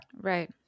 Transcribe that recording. Right